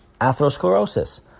atherosclerosis